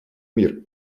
мир